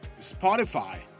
Spotify